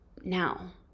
Now